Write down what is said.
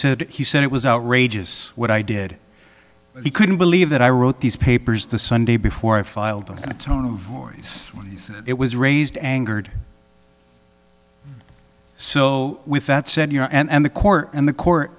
said he said it was outrageous what i did he couldn't believe that i wrote these papers the sunday before i filed and the tone of voice worries it was raised angered so with that said you know and the court and the court